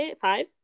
five